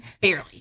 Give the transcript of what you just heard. barely